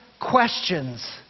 questions